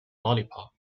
lollipop